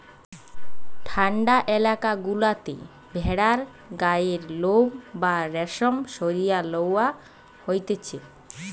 ঠান্ডা এলাকা গুলাতে ভেড়ার গায়ের লোম বা রেশম সরিয়ে লওয়া হতিছে